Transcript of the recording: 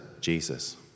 Jesus